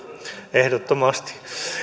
ehdottomasti